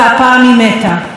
דממה,